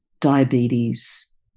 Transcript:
diabetes